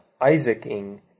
Isaacing